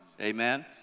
amen